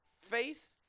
faith